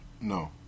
No